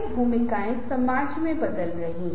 तो हम एक साथ इस पाठ के माध्यम से जा सकते हैं